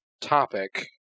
Topic